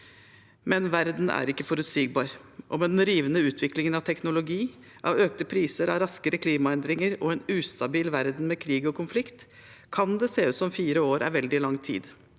Men verden er ikke forutsigbar, og med den rivende utviklingen av teknologi, økte priser, raskere klimaendringer og en ustabil verden med krig og konflikt, kan det se ut som at fire år er veldig lang tid.